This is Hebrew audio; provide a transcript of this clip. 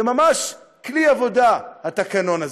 זה ממש כלי עבודה, התקנון הזה.